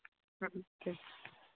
ᱦᱮᱸ ᱴᱷᱤᱠ